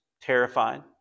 terrified